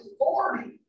authority